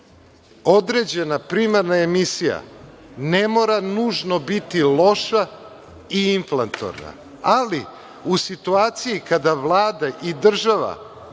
određena primarna emisija ne mora nužno biti loša i inflatorna. Ali, u situaciji kada Vlada i država